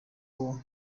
ubwo